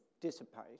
dissipate